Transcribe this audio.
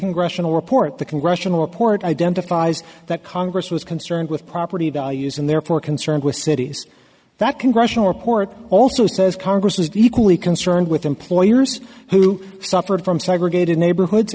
congressional report the congressional report identifies that congress was concerned with property values and therefore concerned with cities that congressional report also says congress is equally concerned with employers who suffered from segregated neighborhoods